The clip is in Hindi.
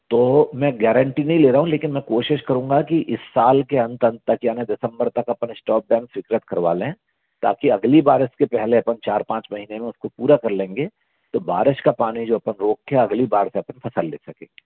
तो मैं गैरेंटी नहीं ले रहा हूँ लेकिन मैं कोशिश करूँगा कि इस साल के अंत तक यानी दिसंबर तक अपन इष्टॉप डैम स्वीकृत करवा लें ताकि अगली बारिश के पहले अपन चार पांच महीने में उसको पूरा कर लेंगे तो बारिश का पानी जो अपन रोक के अगली बार का फ़सल ले सकेंगे